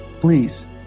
please